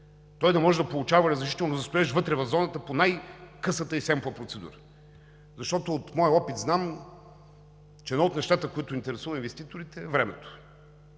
той да може да получава разрешително за строеж вътре в зоната по най-късата и семпла процедура, защото от моя опит знам, че едно от нещата, които интересува инвеститорите, е времето.